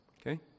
Okay